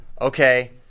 okay